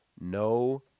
no